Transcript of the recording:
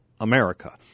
America